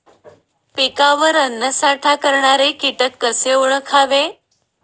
पिकावर अन्नसाठा करणारे किटक कसे ओळखावे?